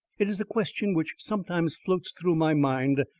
it is a question which sometimes floats through my mind,